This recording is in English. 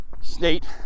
state